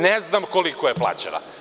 Ne znam koliko je plaćena.